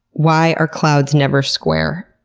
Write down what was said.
why are clouds never square?